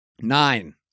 Nine